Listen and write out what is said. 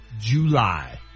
July